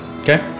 Okay